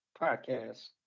podcast